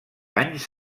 anys